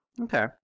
Okay